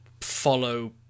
follow